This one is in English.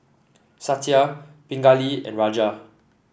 Satya Pingali and Raja